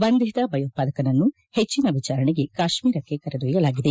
ಬಂಧಿತ ಭಯೋತ್ಪಾದಕನನ್ನು ಪೆಜ್ಜಿನ ವಿಚಾರಣೆಗೆ ಕಾಶ್ಮೀರಕ್ಕೆ ಕರೆದೊಯ್ತಲಾಗಿದೆ